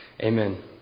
amen